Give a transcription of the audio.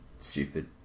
Stupid